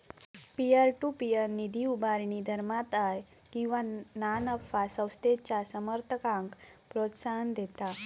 peer to peer निधी उभारणी धर्मादाय किंवा ना नफा संस्थेच्या समर्थकांक प्रोत्साहन देता